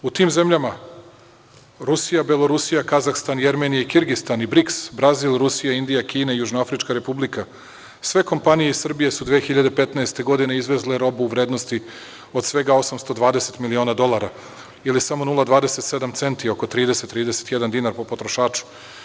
U tim zemljama Rusija, Belorusija, Kazahstan, Jermenija i Kirgistan i BRIKS, Brazil, Rusija, Indija, Kina i Južnoafrička Republika sve kompanije su iz Srbije 2015. godine izvezle robu u vrednosti od svega 820.000.000 dolara ili samo 0,27 centi, oko 30, 31 dinar po potrošaču.